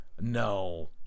No